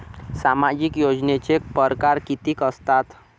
सामाजिक योजनेचे परकार कितीक असतात?